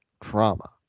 Trauma